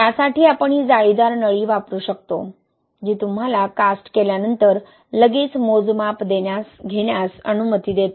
त्यासाठी आपण ही जाळीदार नळी वापरू शकतो जी तुम्हाला कास्ट केल्यानंतर लगेच मोजमाप घेण्यास अनुमती देते